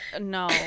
no